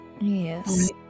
Yes